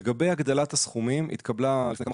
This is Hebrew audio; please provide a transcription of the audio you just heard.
לגבי הגדלת הסכומים התקבלה לפני כמה